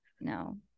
no